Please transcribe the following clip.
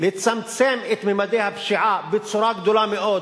לצמצם את ממדי הפשיעה במידה רבה מאוד